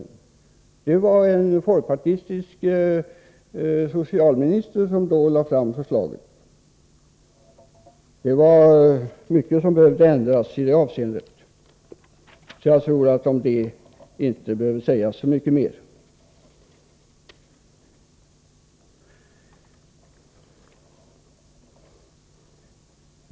Det var en folkpartistisk socialminister som lade fram förslaget. Det var mycket som behövde ändras i det avseendet. Jag tror »dock att det inte behöver sägas så mycket mera om det.